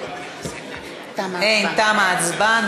תמה ההצבעה.